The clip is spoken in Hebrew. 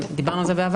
וגם דיברנו על זה בעבר,